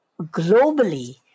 globally